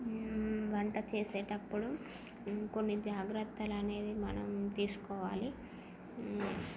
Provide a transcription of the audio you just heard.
వంట చేసేటప్పుడు కొన్ని జాగ్రత్తలనేవి మనం తీసుకోవాలి